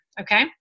Okay